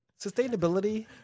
Sustainability